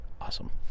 awesome